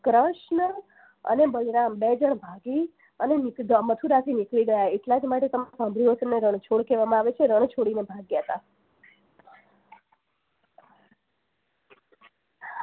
કૃષ્ણ અને બલરામ બે જણ ભાગી અને મથુરામાંથી નીકળી ગયા એટલા જ માટે તમે સાંભળ્યું હશે એમને રણછોડ કહેવામાં આવે છે રણ છોડીને ભાગ્યા હતા